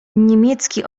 niemiecki